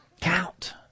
count